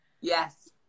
Yes